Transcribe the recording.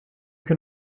can